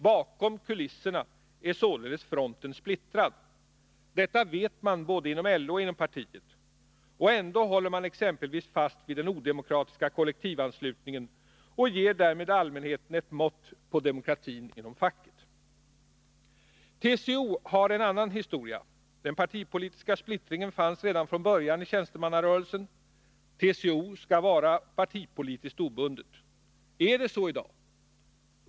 Bakom kulisserna är fronten således splittrad. Detta vet man både inom LO och inom partiet. Men ändå håller man fast vid exempelvis den odemokratiska kollektivanslutningen och ger därmed allmänheten ett mått på demokratin inom facket. TCO har en annan historia. Den partipolitiska splittringen fanns redan från början i tjänstemannarörelsen. TCO skall vara partipolitiskt obundet. Är det så i dag?